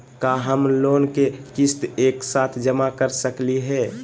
का हम लोन के किस्त एक साथ जमा कर सकली हे?